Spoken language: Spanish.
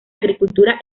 agricultura